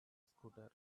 scooter